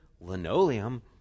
linoleum